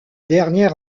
dernier